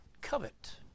covet